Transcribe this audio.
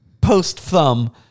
post-thumb